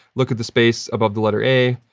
look at the space above the letter a,